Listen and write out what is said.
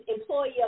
employee